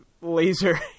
laser